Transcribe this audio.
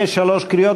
בשלוש קריאות.